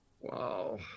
wow